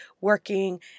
working